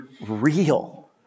real